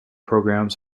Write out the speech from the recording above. programs